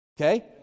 Okay